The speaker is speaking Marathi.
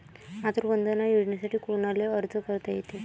मातृवंदना योजनेसाठी कोनाले अर्ज करता येते?